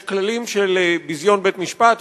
יש כללים של ביזיון בית-משפט,